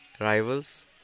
rivals